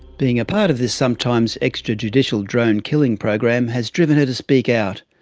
being a part of this sometimes extrajudicial drone killing program has driven her to speak out,